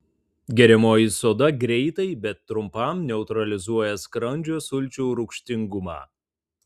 geriamoji soda greitai bet trumpam neutralizuoja skrandžio sulčių rūgštingumą